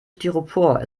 styropor